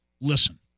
listen